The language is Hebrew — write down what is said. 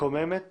מקוממת ומאכזבת.